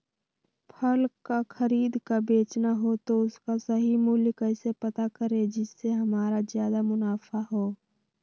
फल का खरीद का बेचना हो तो उसका सही मूल्य कैसे पता करें जिससे हमारा ज्याद मुनाफा हो?